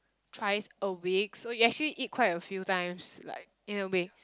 thrice a week so you actually eat quite a few times like in a way